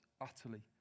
utterly